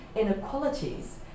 inequalities